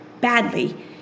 badly